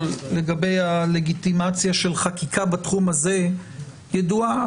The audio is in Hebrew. לגבי הלגיטימציה של חקיקה בתחום הזה ידועה.